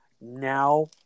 now